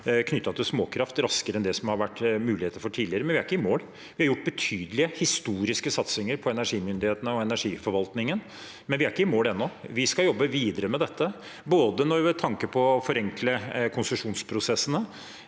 knyttet til småkraft raskere enn det som har vært mulig tidligere, men vi er ikke i mål. Vi gjort betydelige, historiske satsinger på energimyndighetene og energiforvaltningen, men vi er ikke i mål ennå. Vi skal jobbe videre med dette med tanke på både å forenkle konsesjonsprosessene